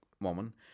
woman